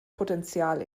potenzial